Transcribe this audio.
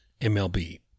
MLB